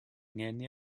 ngeni